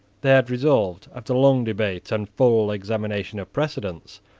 they had resolved, after long debate and full examination of precedents,